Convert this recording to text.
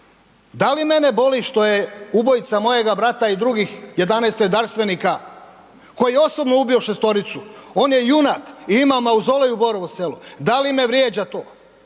da li mene boli što je ubojica mojega brata i drugih 11 redarstvenika, koji je osobno ubio šestoricu? On je junak i ima mauzolej u Borovu selu. Da li me vrijeđa to?